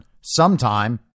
sometime